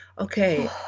okay